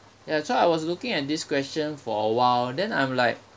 ya so I was looking at this question for a while then I'm like